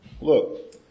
Look